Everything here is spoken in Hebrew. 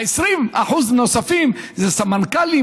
ה-20% הנוספים הם סמנכ"לים,